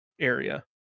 area